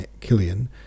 Killian